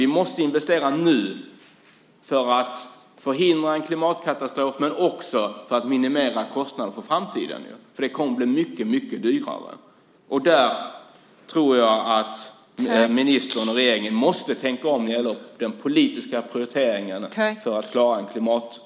Vi måste investera nu för att förhindra en klimatkatastrof men också för att minimera kostnaderna för framtiden, för det kommer att bli mycket dyrare. Jag tror att ministern och regeringen måste tänka om när det gäller de politiska prioriteringarna för att klara en klimatpolitik.